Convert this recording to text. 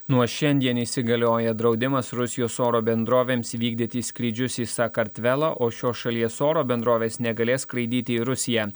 nuo šiandien įsigalioja draudimas rusijos oro bendrovėms vykdyti skrydžius į sakartvelą o šios šalies oro bendrovės negalės skraidyti į rusiją